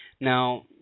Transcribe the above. Now